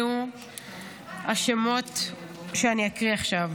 אלה השמות שאני אקריא עכשיו: